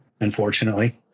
unfortunately